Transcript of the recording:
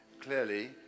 clearly